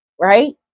right